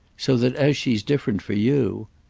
so that as she's different for you